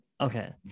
Okay